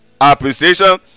appreciation